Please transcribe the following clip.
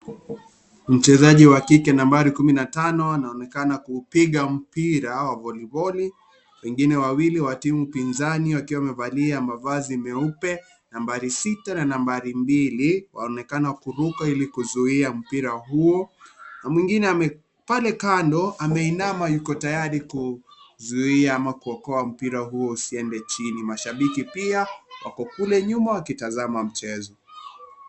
Mchezaji wa kike nambari kumi na tano na anaonekana kupiga mpira wa voliboli, wengine wawili wa timu pinzani wakiwa wamevalia mavazi meupe nambari sita na nambari mbili wanaonekana kuruka ili kuzuia mpira huo, na mwingine amekaa pale kando ameinama yuko tayari kuzuia ama kuokoa mpira huo usiende chini mshabiki pia wako kule nyuma wakitazama mchezo.